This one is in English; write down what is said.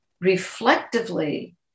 reflectively